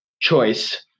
choice